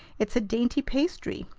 it's a dainty pastry.